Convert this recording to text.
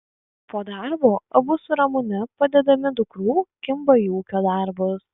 po darbo abu su ramune padedami dukrų kimba į ūkio darbus